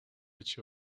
each